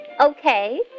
Okay